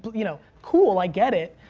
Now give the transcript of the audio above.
but you know, cool, i get it,